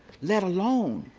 let alone